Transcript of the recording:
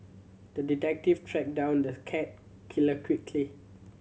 the detective tracked down the cat killer quickly